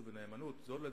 לחופש הדמוקרטיה וכו'.